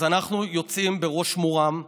אז אנחנו יוצאים בראש מורם,